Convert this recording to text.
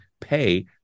pay